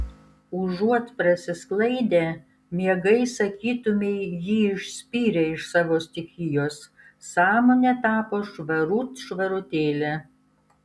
užuot prasisklaidę miegai sakytumei jį išspyrė iš savo stichijos sąmonė tapo švarut švarutėlė